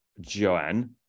Joanne